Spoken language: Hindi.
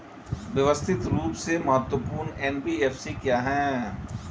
व्यवस्थित रूप से महत्वपूर्ण एन.बी.एफ.सी क्या हैं?